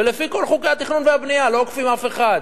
ולפי כל חוקי התכנון והבנייה, לא עוקפים אף אחד.